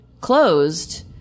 closed